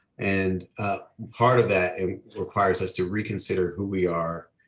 and part of that requires us to reconsider who we are,